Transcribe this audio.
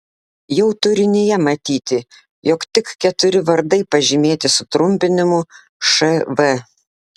jau turinyje matyti jog tik keturi vardai pažymėti sutrumpinimu šv